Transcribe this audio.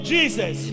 Jesus